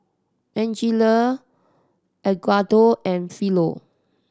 Angela Edgardo and Philo